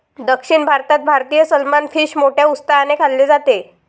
दक्षिण भारतात भारतीय सलमान फिश मोठ्या उत्साहाने खाल्ले जाते